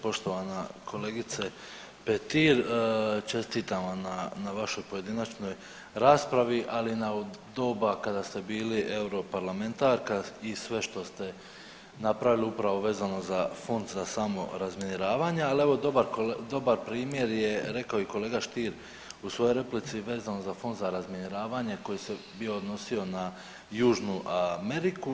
Poštovana kolegice Petir, čestitam vam na vašoj pojedinačnoj raspravi, ali i na doba kada ste bili europarlamentarka i sve što ste napravili upravo vezano za Fond za samorazminiravanja, ali evo dobar primjer je rekao i kolega Stier u svojoj replici vezano za Fond za razminiravanje koji se bio odnosio na Južnu Ameriku.